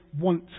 want